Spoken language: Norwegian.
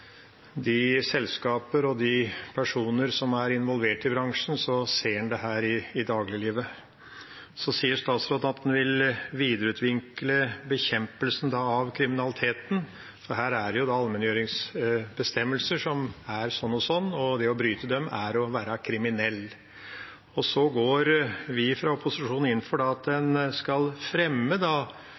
de selskaper og de personer som er involvert i bransjen, så ser en dette i dagliglivet. Så sier statsråden at han vil videreutvikle bekjempelsen av kriminaliteten. Her er det allmenngjøringsbestemmelser som er sånn og sånn, og det å bryte dem er å være kriminell. Vi fra opposisjonen går inn for at en skal fremme